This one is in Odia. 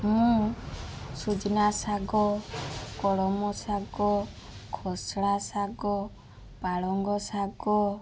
ମୁଁ ସୁଜୁନା ଶାଗ କଳମ ଶାଗ ଖୋଷଳା ଶାଗ ପାଳଙ୍ଗ ଶାଗ